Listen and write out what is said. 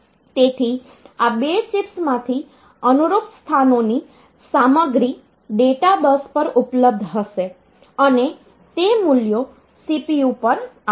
તેથી આ બે ચિપ્સમાંથી અનુરૂપ સ્થાનોની સામગ્રી ડેટા બસ પર ઉપલબ્ધ હશે અને તે મૂલ્યો CPU પર આવશે